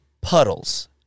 puddles